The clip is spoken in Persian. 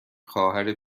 خواهر